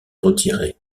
retiré